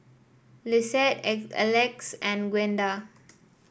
Lissette Elex and Gwenda